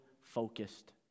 focused